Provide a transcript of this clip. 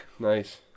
Nice